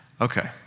Okay